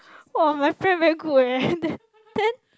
!wah! my friend very good eh then then